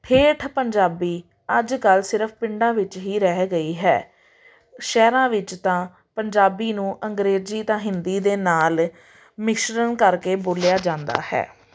ਠੇਠ ਪੰਜਾਬੀ ਅੱਜ ਕੱਲ੍ਹ ਸਿਰਫ਼ ਪਿੰਡਾਂ ਵਿੱਚ ਹੀ ਰਹਿ ਗਈ ਹੈ ਸ਼ਹਿਰਾਂ ਵਿੱਚ ਤਾਂ ਪੰਜਾਬੀ ਨੂੰ ਅੰਗਰੇਜ਼ੀ ਤਾਂ ਹਿੰਦੀ ਦੇ ਨਾਲ ਮਿਸ਼ਰਨ ਕਰਕੇ ਬੋਲਿਆ ਜਾਂਦਾ ਹੈ